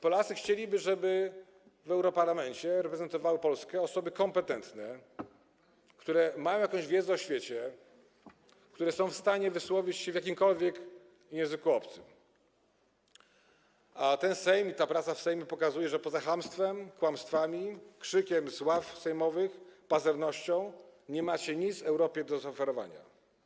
Polacy chcieliby, żeby w europarlamencie reprezentowały Polskę osoby kompetentne, które mają jakąś wiedzę o świecie, które są w stanie wysłowić się w jakimkolwiek języku obcym, a ten Sejm, ta praca w Sejmie pokazuje, że poza chamstwem, kłamstwami, krzykiem z ław sejmowych i pazernością nie macie nic Europie do zaoferowania.